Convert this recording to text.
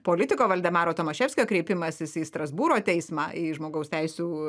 politiko valdemaro tomaševskio kreipimasis į strasbūro teismą į žmogaus teisių